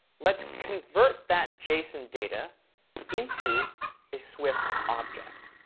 let's convert that json data into a swift object.